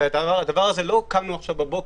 הדבר הזה לא קמנו בבוקר,